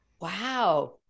Wow